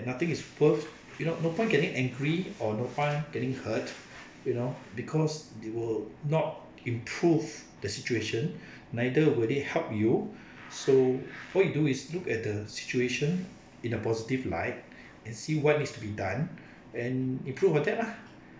nothing is worth you know no point getting angry or no point getting hurt you know because it will not improve the situation neither will they help you so what you do is look at the situation in a positive light and see what needs to be done and improve on that lah